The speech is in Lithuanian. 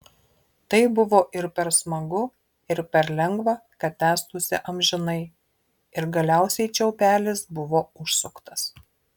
tai buvo ir per smagu ir per lengva kad tęstųsi amžinai ir galiausiai čiaupelis buvo užsuktas